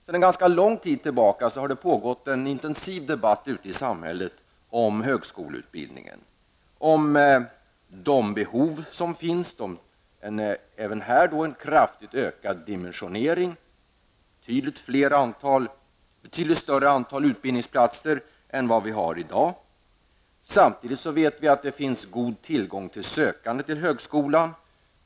Sedan en ganska lång tid tillbaka pågår en intensiv debatt ute i samhället om högskoleutbildningen och om de behov som finns där, nämligen en kraftigt ökad dimensionering även på detta område. Det behövs ett betydligt större antal utbildningsplatser än vad som finns i dag. Samtidigt vet vi att det finns god tillgång på sökande till högskolan.